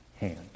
hand